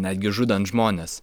netgi žudant žmones